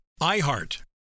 IHEART